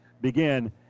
begin